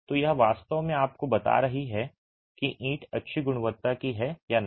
तो यह वास्तव में आपको बता रहा है कि ईंट अच्छी गुणवत्ता की है या नहीं